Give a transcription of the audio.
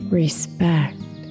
respect